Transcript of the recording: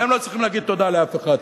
והם לא צריכים להגיד תודה לאף אחד,